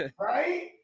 Right